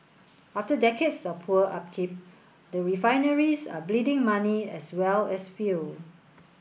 after decades of poor upkeep the refineries are bleeding money as well as fuel